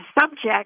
subject